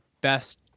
best